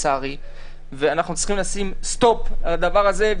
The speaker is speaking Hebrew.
ואנחנו צריכים לשים סטופ לדבר הזה.